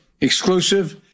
exclusive